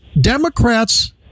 Democrats